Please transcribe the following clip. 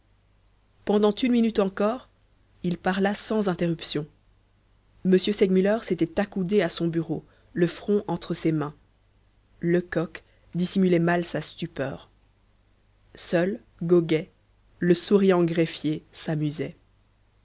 pendant une minute encore il parla sans interruption m segmuller s'était accoudé à son bureau le front entre ses mains lecoq dissimulait mal sa stupeur seul goguet le souriant greffier s'amusait